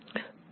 વિદ્યાર્થી